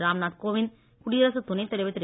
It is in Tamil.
ராம்நாத் கோவிந்த் குடியரசு துணைத் தலைவர் திரு